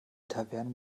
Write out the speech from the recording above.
taverne